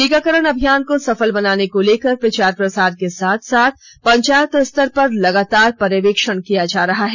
टीकाकरण अभियान को सफल बनाने को लेकर प्रचार प्रसार के साथ साथ पंचायत स्तर पर लगातार पर्यवेक्षण किया जा रहा है